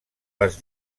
les